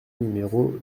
numéro